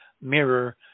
mirror